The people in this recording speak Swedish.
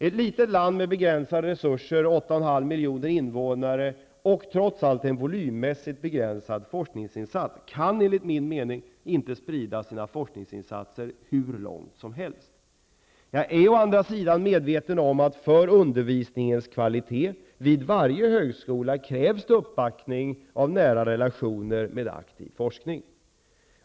Ett litet land med begränsade resurser -- 8,5 miljoner invånare -- och med en volymmässigt begränsad forskningsinsats kan enligt min mening inte sprida sina forskningsinsatser hur mycket som helst. Å andra sidan är jag medveten om att det för undervisningens kvalitet vid varje högskola krävs uppbackning av nära relationer med aktiv forskning.